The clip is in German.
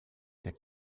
der